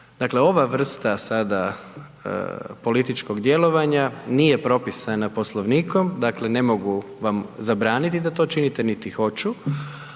Dakle, ova vrsta sada političkog djelovanja nije propisana Poslovnikom, dakle ne mogu vam zabraniti da to činite niti hoću